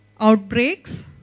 outbreaks